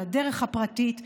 על הדרך הפרטית,